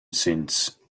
since